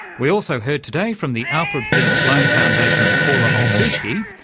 we also heard today from the alfred p sloan foundation's paula olsiewski,